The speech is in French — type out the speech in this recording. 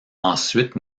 ensuite